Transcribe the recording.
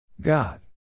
God